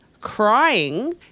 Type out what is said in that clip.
crying